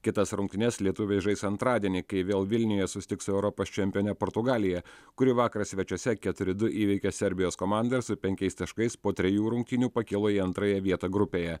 kitas rungtynes lietuviai žais antradienį kai vėl vilniuje susitiks su europos čempione portugalija kuri vakar svečiuose keturi du įveikė serbijos komandą ir su penkiais taškais po trejų rungtynių pakilo į antrąją vietą grupėje